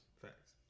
Facts